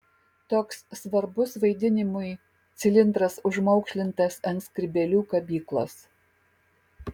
toks svarbus vaidinimui cilindras užmaukšlintas ant skrybėlių kabyklos